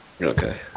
Okay